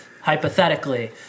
Hypothetically